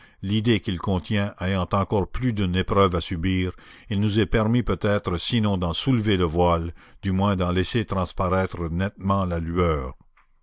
l'idée qu'il contient ayant encore plus d'une épreuve à subir il nous est permis peut-être sinon d'en soulever le voile du moins d'en laisser transparaître nettement la lueur